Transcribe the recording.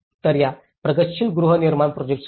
तर या प्रगतीशील गृहनिर्माण प्रोजेक्टासाठी